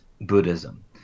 Buddhism